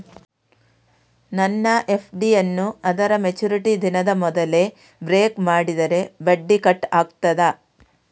ನನ್ನ ಎಫ್.ಡಿ ಯನ್ನೂ ಅದರ ಮೆಚುರಿಟಿ ದಿನದ ಮೊದಲೇ ಬ್ರೇಕ್ ಮಾಡಿದರೆ ಬಡ್ಡಿ ಕಟ್ ಆಗ್ತದಾ?